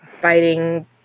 fighting